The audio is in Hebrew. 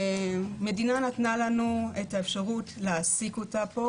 המדינה נתנה לנו את האפשרות להעסיק אותה פה,